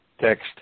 Text